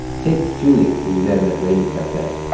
take julia, who we met in that rainy cafe.